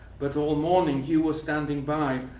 but all morning, you were standing by,